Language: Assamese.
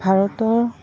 ভাৰতৰ